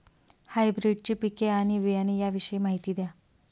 हायब्रिडची पिके आणि बियाणे याविषयी माहिती द्या